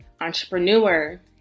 entrepreneur